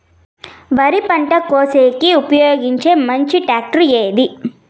వరి పంట కోసేకి ఉపయోగించే మంచి టాక్టర్ ఏది?